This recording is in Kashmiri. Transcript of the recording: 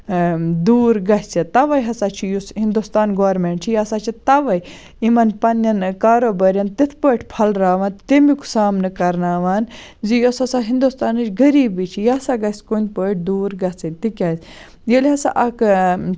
دوٗر گَژھِ تَوَے ہَسا چھِ یُس ہِندوستان گورمنٹ چھِ یہِ ہَسا چھِ تَوَے یِمَن پَننٮ۪ن کاروبارٮ۪ن تِتھ پٲٹھۍ پھوٚلراوان تمیُک سامنہٕ کَرناوان زِ یۄس ہَسا ہِندوسنانٕچ غریبی چھِ یہِ ہَسا گَژھِ کُنہٕ پٲٹھۍ دوٗر گَژھٕنۍ تکیازِ ییٚلہِ ہَسا اکھ